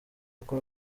kuko